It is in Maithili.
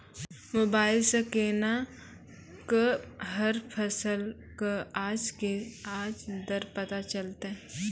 मोबाइल सऽ केना कऽ हर फसल कऽ आज के आज दर पता चलतै?